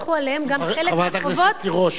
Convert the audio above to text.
אדוני היושב-ראש,